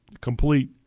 complete